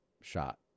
shot